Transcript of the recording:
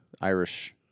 Irish